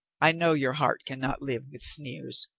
i know your heart can not live with sneers.